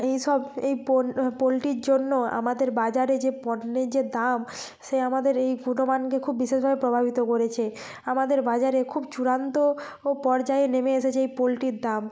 এই সব এই পোন পোলট্রির জন্য আমাদের বাজারে যে পণ্যের যে দাম সে আমাদের এই গুণমানকে খুব বিশেষভাবে প্রভাবিত করেছে আমাদের বাজারে খুব চূড়ান্ত পর্যায়ে নেমে এসেছে এই পোলট্রির দাম